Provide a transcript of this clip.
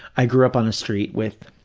i grew up on a street with